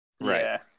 Right